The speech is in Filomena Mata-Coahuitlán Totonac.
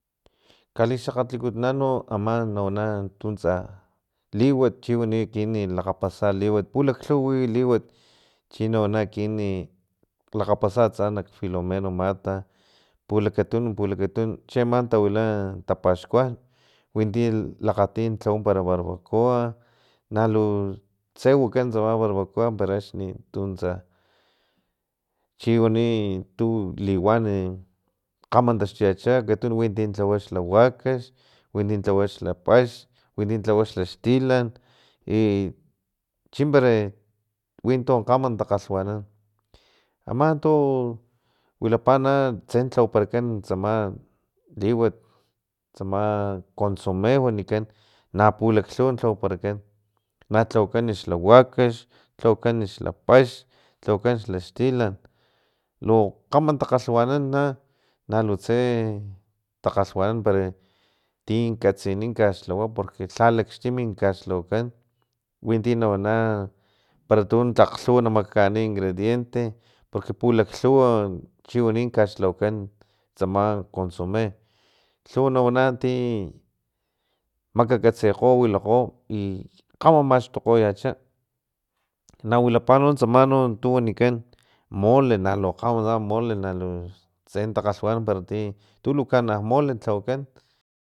Kalixakgatlikutunan no ama nawana tuntsa liwat chiwani ekinan lakgapasa liwat pulaklhuwa wi liwat chino wana ekinan lakgapasa atsa nak filomeno mata pulakatun pulakatun chi ama tawila tapaxkuan winti lakgati lhawa para barbacoa nalu tse wakan tsama barbacoa para axni tu tsa chiwani untu liwan kgama taxtuyacha akatun witi tun tlawa xla wakax winti lhawa xla paxn witi lhawa xlaxtilan y chimpara wintun kgama takgalhwanan aman tu wilapa na tse tlawaparakan tsama liwat tsama consome wanikan na pulaklhuwa lhawaparakan na tlawakan xla wakax tlawakan xlapax tlawakan xlaxtilan lu kgama takgalhwanampara na lutse takgalhwanan para tin katsini kaxlawa porque lha laxtim kaxlhawakan winti na wana para tu tlak lhuwa na makaani ingradientes porque pulaklhuwa chiwani caxlhawakan tsama consome lhuwa na wana ti makakatsikgo wilakgo i kgama maxtokgoyacha na wilapa no tsama tu no wanikan mole naku kgama tsama mole nalu tse takgalhwanan para ti tu lu kana mole tlawakan